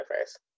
first